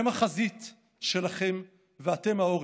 הם החזית שלכם ואתם העורף.